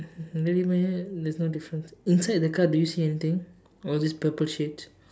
anyway there's no difference inside the car do you see anything all these purple shades